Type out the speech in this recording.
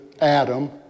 Adam